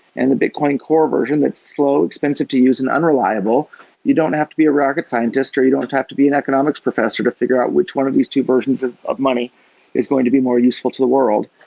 and the bitcoin core version, that's slow, expensive to use and unreliable you don't have to be a rocket scientist, or you don't have to be an economics professor to figure out which one of these two versions of of money is going to be more useful to the world.